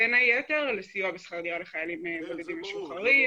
בין היתר לסיוע בשכר דירה לחיילים בודדים משוחררים.